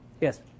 Yes